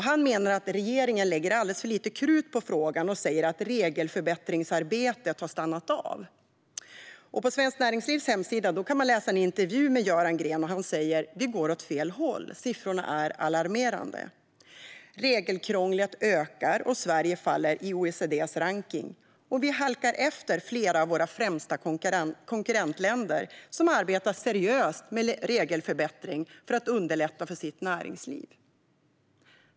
Grén menar att regeringen lägger för lite krut på frågan och säger att regelförbättringsarbetet har stannat av. På Svenskt Näringslivs hemsida kan man läsa en intervju med Göran Grén. Han säger där: "Vi går åt fel håll. Siffrorna är alarmerande. Regelkrånglet ökar och Sverige faller i OECD:s ranking, och vi halkar efter flera av våra främsta konkurrentländer som arbetar seriöst med regelförbättring för att underlätta för sitt näringsliv."